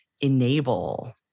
enable